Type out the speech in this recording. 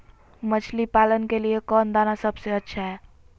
मछली पालन के लिए कौन दाना सबसे अच्छा है?